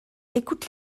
écoute